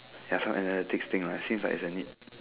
ya some analytics thing lah since like it's a need